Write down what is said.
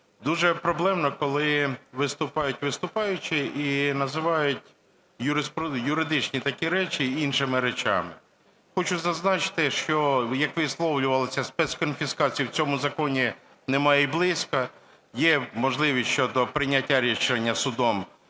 дуже проблемно, коли виступають виступаючі і називають юридичні такі речі іншими речами. Хочу зазначити, що, як висловлювалося, спецконфіскації в цьому законі немає і близько. Є можливість щодо прийняття рішення судом